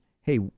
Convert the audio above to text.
hey